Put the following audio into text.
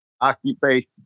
occupation